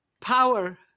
power